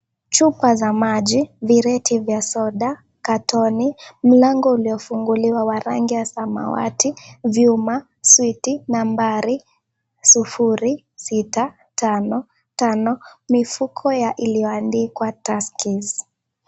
Chupa za maji vireti vya soda katoni mlango uliofunguliwa wa rangi ya samawati vyuma, sweety ,nambari sufuri sita tano tano mifuko iliyoandikwa tuskeys.